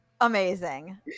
amazing